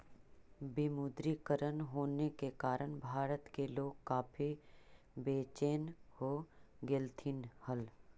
विमुद्रीकरण होने के कारण भारत के लोग काफी बेचेन हो गेलथिन हल